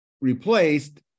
replaced